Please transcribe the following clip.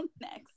next